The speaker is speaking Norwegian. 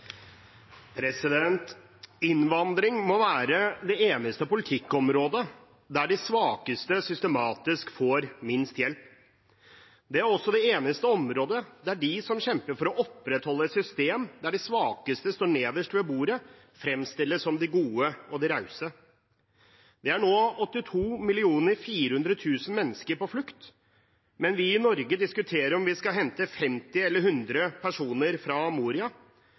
også det eneste området der de som kjemper for å opprettholde et system der de svakeste sitter nederst ved bordet, fremstilles som de gode og de rause. Det er nå 82 400 000 mennesker på flukt. Mens vi i Norge diskuterer om vi skal hente 50 eller 100 mennesker fra Moria,